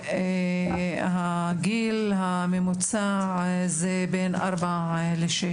והגיל הממוצע הוא בין 4 ל-6.